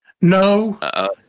No